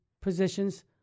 positions